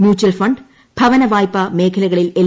mutual fund ഭവനവായ്പാ മേഖലകളിൽ L